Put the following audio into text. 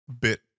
bit